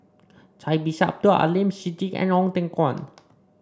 Cai Bixia Abdul Aleem Siddique and Ong Teng Koon